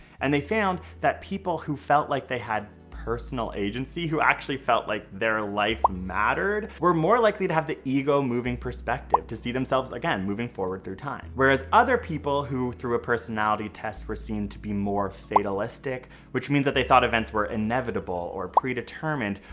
and they found, that people who felt like they had personal agency, who actually felt like their life mattered, were more likely to have the ego-moving perspective, to see themselves again, moving forward through time. whereas other people, who through a personality test were seen to be more fatalistic, which means that they thought events were inevitable, or pre-determined,